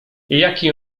jaki